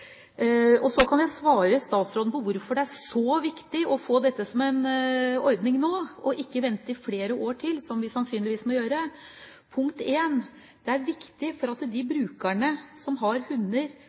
Og så kan jeg svare statsråden på hvorfor det er så viktig å få dette som en ordning nå, og ikke vente i flere år til, som vi sannsynligvis må gjøre: Punkt en: Det er viktig at de